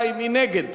מי נגד?